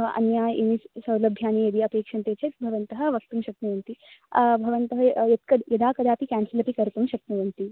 अन्या इस् सौलभ्यानि यदि अपेक्ष्यन्ते चेत् भवन्तः वक्तुं शक्नुवन्ति भवन्तः यद् कल् यदा कदापि क्यान्सल् अपि कर्तुं शक्निवन्ति